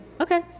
okay